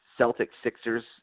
Celtics-Sixers